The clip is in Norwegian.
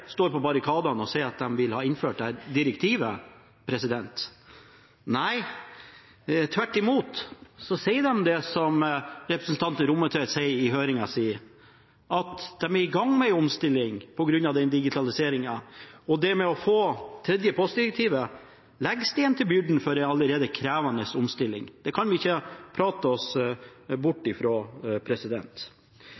står på barrikadene og sier de vil ha innført dette direktivet. Nei, tvert imot, de sa i høringen det som representanten Rommetveit nevnte, at de er i gang med omstilling på grunn av digitaliseringen, og det å få det tredje postdirektivet legger stein til byrden ved en allerede krevende omstilling. Det kan vi ikke prate oss bort